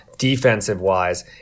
Defensive-wise